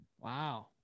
Wow